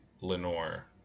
Lenore